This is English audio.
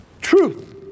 Truth